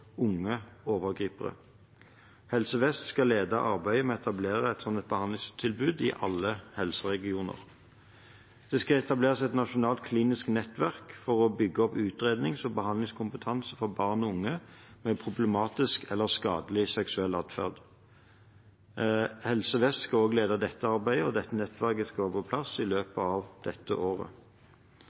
unge overgripere. Helse Vest skal lede arbeidet med å etablere et slikt behandlingstilbud i alle helseregioner. Det skal etableres et nasjonalt klinisk nettverk for å bygge opp utrednings- og behandlingskompetanse for barn og unge med problematisk eller skadelig seksuell atferd. Helse Vest skal lede også dette arbeidet, og nettverket skal være på plass i løpet av dette året.